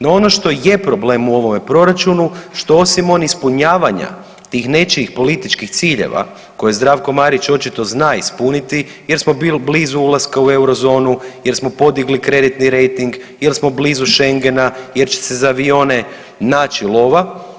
No, ono što je problem u ovome proračunu što osim ispunjavanja tih nečijih političkih ciljeva koje Zdravko Marić očito zna ispuniti jer smo bili blizu ulaska u eurozonu, jer smo podigli kreditni rejting, jer smo blizu Schengena, jer će se za avione naći lova.